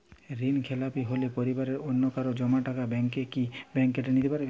ঋণখেলাপি হলে পরিবারের অন্যকারো জমা টাকা ব্যাঙ্ক কি ব্যাঙ্ক কেটে নিতে পারে?